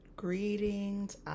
Greetings